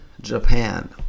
Japan